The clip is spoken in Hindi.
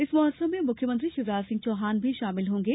इस महोत्सव में मुख्यमंत्री शिवराज सिंह चौहान भी शामिल होंगे